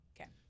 Okay